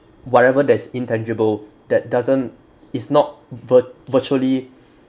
whatever that's intangible that doesn't it's not vir~ virtually